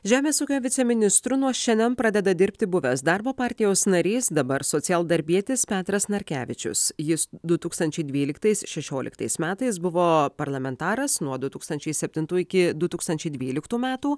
žemės ūkio viceministru nuo šiandien pradeda dirbti buvęs darbo partijos narys dabar socialdarbietis petras narkevičius jis du tūkstančiai dvyliktais šešioliktais metais buvo parlamentaras nuo du tūkstančiai septintų iki du tūkstančiai dvyliktų metų